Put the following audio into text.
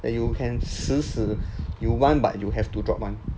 that you can 死死 you want but you have to drop [one]